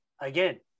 again